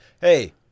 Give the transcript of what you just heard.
hey